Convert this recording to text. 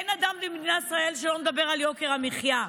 אין אדם במדינת ישראל שלא מדבר על יוקר המחיה.